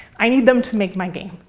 i need them to make my game.